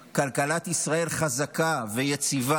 כלכלת ישראל חזקה ויציבה,